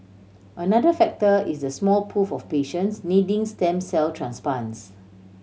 another factor is the small pool of patients needing stem cell transplants